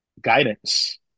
guidance